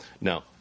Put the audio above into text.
Now